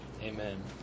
Amen